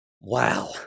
Wow